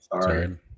Sorry